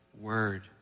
word